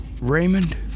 Raymond